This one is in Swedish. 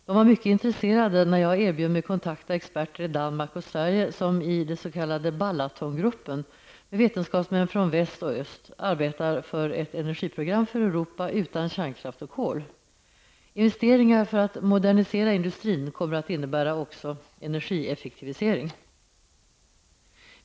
De var mycket intresserade när jag erbjöd mig att kontakta experter i Danmark och Sverige som i den s.k. Balaton-gruppen, med vetenskapsmän från väst och öst, arbetar för ett energiprogram för Europa utan kärnkraft och kol. Investeringar för att modernisera industrin kommer att innebära också energieffektivisering.